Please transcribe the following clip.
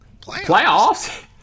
Playoffs